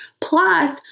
Plus